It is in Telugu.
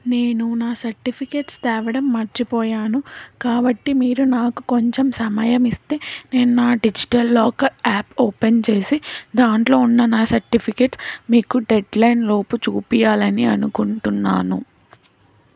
నేను నా సర్టిఫికెట్స్ తేవడం మర్చిపోయాను కాబట్టి మీరు నాకు కొంచెం సమయం ఇస్తే నేను నా డిజిటల్ లాకర్ యాప్ ఓపెన్ చేసి దాంట్లో ఉన్న నా సర్టిఫికెట్స్ మీకు డెడ్లైన్లోపు చూపించాలని అనుకుంటున్నాను